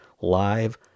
live